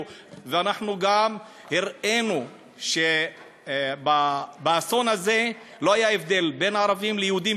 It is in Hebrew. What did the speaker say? ואנחנו גם הראינו שבאסון הזה לא היה הבדל בין ערבים ליהודים,